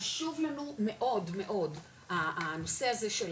חשוב לנו מאוד מאוד הנושא הזה של